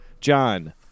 John